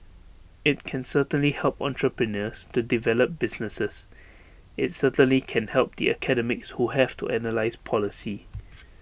IT can certainly help entrepreneurs to develop businesses IT certainly can help the academics who have to analyse policy